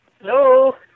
Hello